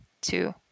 two